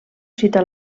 cita